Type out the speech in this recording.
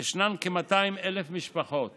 ישנן כ-200,000 משפחות